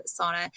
sauna